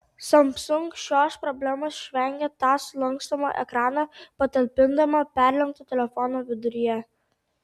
samsung šios problemos išvengė tą sulankstomą ekraną patalpindama perlenkto telefono viduryje